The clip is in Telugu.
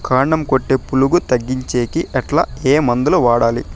కాండం కొట్టే పులుగు తగ్గించేకి ఎట్లా? ఏ మందులు వాడాలి?